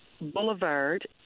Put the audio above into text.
Boulevard